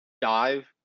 dive